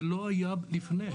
זה לא היה לפני.